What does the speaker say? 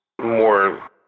more